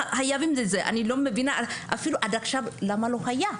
אני לא מבינה אפילו עד עכשיו למה לא היה.